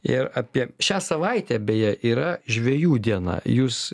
ir apie šią savaitę beje yra žvejų diena jūs